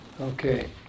Okay